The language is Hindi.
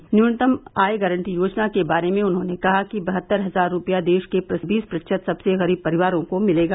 उन्होंने न्यूनतम आय गांरटी योजना के बारे में कहा कि बहत्तर हजार रूपया देश के बीस प्रतिशत सबसे गरीब परिवारों को मिलेगा